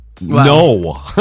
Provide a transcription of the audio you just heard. No